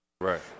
right